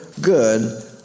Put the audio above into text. good